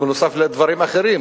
נוסף על דברים אחרים